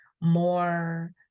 more